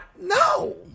No